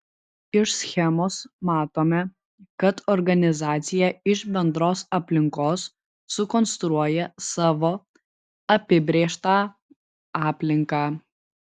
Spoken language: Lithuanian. iš schemos matome kad organizacija iš bendros aplinkos sukonstruoja savo apibrėžtą aplinką